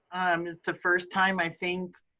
um it's the first time, i think,